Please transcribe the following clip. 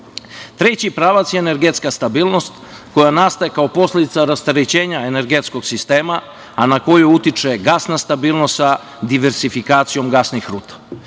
grada. Treći pravac je energetska stabilnost koja nastaje kao posledica rasterećenja energetskog sistema, a na koji utiče gasna stabilnost sa diversifikacijom gasnih ruta.